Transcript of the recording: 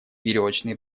веревочные